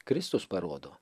kristus parodo